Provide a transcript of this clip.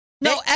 No